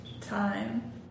time